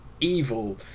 evil